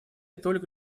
только